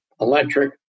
Electric